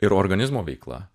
ir organizmo veikla